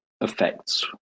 effects